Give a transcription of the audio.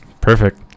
Perfect